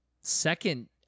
second